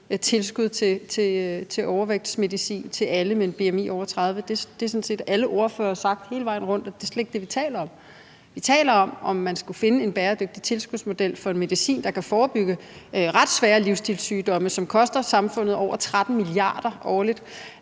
tilskud til overvægtsmedicin til alle med et bmi over 30. Det har alle ordførere sådan set sagt hele vejen rundt. Det er slet ikke det, vi taler om. Vi taler om, om man skal finde en bæredygtig tilskudsmodel for medicin, der kan forebygge ret svære livsstilssygdomme, som koster samfundet over 13 mia. kr. årligt,